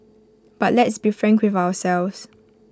but let's be frank with ourselves